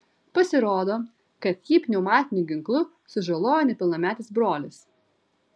pasirodo kad jį pneumatiniu ginklu sužalojo nepilnametis brolis